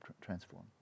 transform